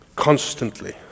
Constantly